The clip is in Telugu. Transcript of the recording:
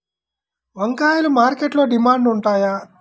వంకాయలు మార్కెట్లో డిమాండ్ ఉంటాయా?